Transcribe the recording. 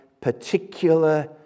particular